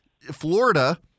Florida